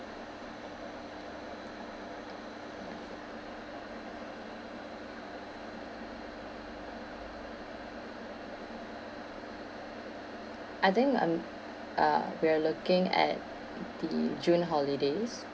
I think I'm uh we're looking at the june holidays